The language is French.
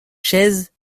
chaise